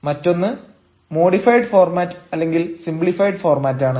മറ്റൊന്ന് modified format അല്ലെങ്കിൽ simplified ഫോർമാറ്റാണ്